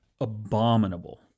abominable